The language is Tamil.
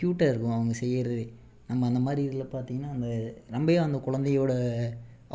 க்யூட்டாக இருக்கும் அவங்க செய்யுறது நம்ம அந்தமாதிரி இதில் பார்த்திங்கனா அந்த நம்மையும் அந்த குழந்தையோட